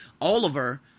Oliver